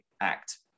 act